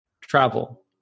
travel